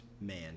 man